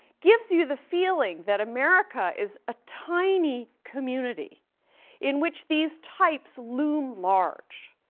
gives you the feeling that america is a tiny community in which these types loom large,